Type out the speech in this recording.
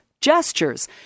gestures